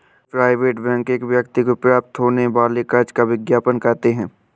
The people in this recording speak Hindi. कई प्राइवेट बैंक एक व्यक्ति को प्राप्त होने वाले कर्ज का विज्ञापन करते हैं